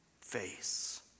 face